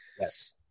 yes